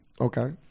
Okay